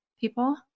people